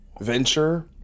venture